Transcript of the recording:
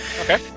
Okay